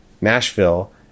Nashville